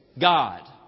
God